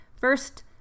First